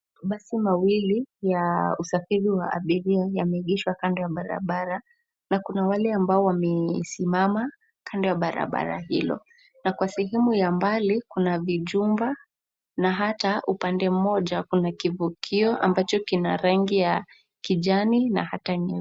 Mabasi mawili ya usafiri wa abiria yameegeshwa kando ya barabara na kuna wale ambao wamesimama kando ya barabara hilo. Na kwa sehemu ya mbali kuna vijumba na hata upande mmoja kuna kibukio ambacho kina rangi ya kijani na hata nyuma.